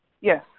Yes